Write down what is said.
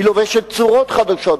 היא לובשת צורות חדשות,